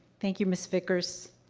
thank you, ms. vickers.